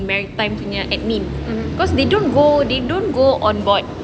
maritime punya admin cause they don't go they don't go on board